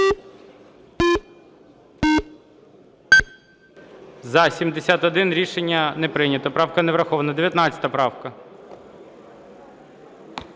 За-71 Рішення не прийнято. Правка не врахована. 19 правка.